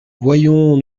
voyons